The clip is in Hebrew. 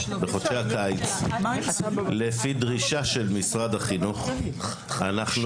בחודשי הקיץ לפי דרישה של משרד החינוך אנחנו